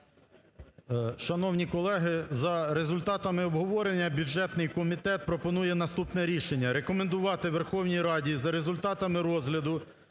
Шановні колеги, за результатами обговорення, бюджетний комітет пропонує наступне рішення. Рекомендувати Верховній Раді, за результатами розгляду,